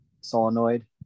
solenoid